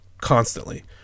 constantly